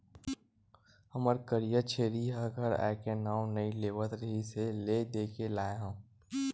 हमर करिया छेरी ह घर आए के नांव नइ लेवत रिहिस हे ले देके लाय हँव